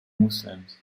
muslims